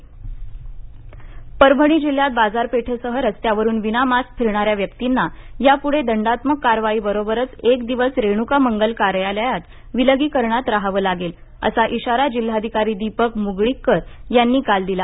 इशारा परभणी जिल्ह्यात बाजारपेठेसह रस्त्यावरून विनामास्क फिरणाऱ्या व्यक्तींना यापूढे दंडात्मक कारवाईबरोबरच एक दिवस रेणूका मंगल कार्यालयात विलगीकरणात राहावं लागेल असा इशारा जिल्हाधिकारी दीपक मुगळीकर यांनी काल दिला